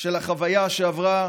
של החוויה שעברה